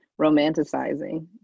romanticizing